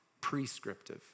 prescriptive